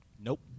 Nope